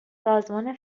سازمان